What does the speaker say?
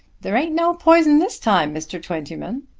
there ain't no poison this time, mr. twentyman,